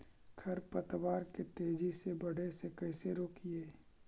खर पतवार के तेजी से बढ़े से कैसे रोकिअइ?